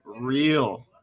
Real